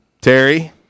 Terry